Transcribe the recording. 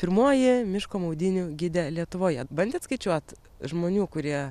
pirmoji miško maudynių gidė lietuvoje bandėt skaičiuot žmonių kurie